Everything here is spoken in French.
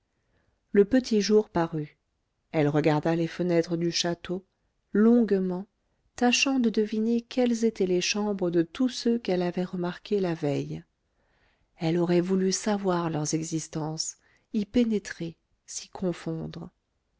le petit jour parut elle regarda les fenêtres du château longuement tâchant de deviner quelles étaient les chambres de tous ceux qu'elle avait remarqués la veille elle aurait voulu savoir leurs existences y pénétrer s'y confondre